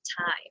time